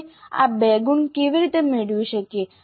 આપણે આ 2 ગુણ કેવી રીતે મેળવી શકીએ